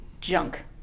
junk